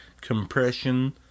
compression